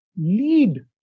lead